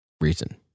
reason